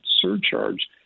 surcharge